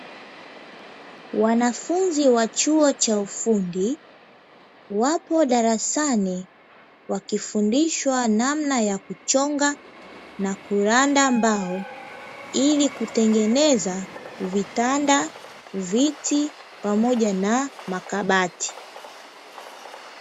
Wanafunzi wa chuo cha ufundi, wapo darasani, wakifundishwa namna ya kuchonga na kuranda mbao ili kutengeneza vitanda, viti pamoja na makabati.